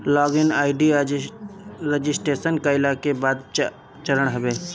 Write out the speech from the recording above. log in ID registration कईला के बाद कअ चरण हवे